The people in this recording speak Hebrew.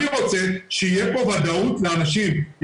אני רוצה שתהיה פה ודאות לאנשים,